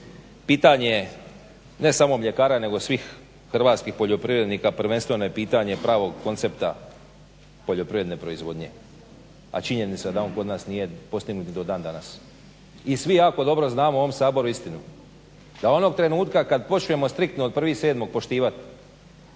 Pitanje je ne samo mljekara nego svih hrvatskih poljoprivrednika, prvenstveno je pitanje pravog koncepta poljoprivredne proizvodnje, a činjenica da on kod nas nije postignut ni do dan danas. I svi jako dobro znamo u ovom Saboru istinu, da onog trenutka kad počnemo striktno od 1.7. poštivat